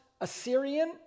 Assyrian